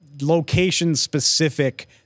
location-specific